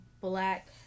black